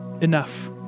enough